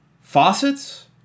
faucets